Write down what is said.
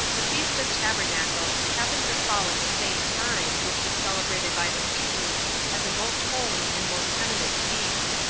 the feast of tabernacles happened to fall at the same time, which was celebrated by the hebrews as a most holy and most eminent feast.